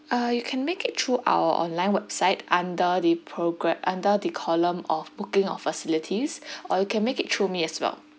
uh you can make it through our online website under the programme under the column of booking of facilities or you can make it through me as well